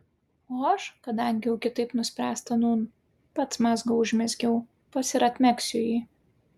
o aš kadangi jau kitaip nuspręsta nūn pats mazgą užmezgiau pats ir atmegsiu jį